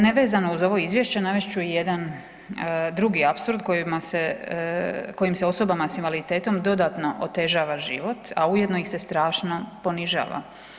Nevezano uz ovo izvješće navest ću i jedan drugi apsurd kojima se, kojim se osobama s invaliditetom dodatno otežava život, a ujedno ih se strašno ponižava.